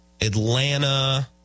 Atlanta